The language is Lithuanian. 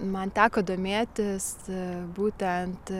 man teko domėtis būtent